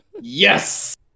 Yes